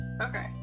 okay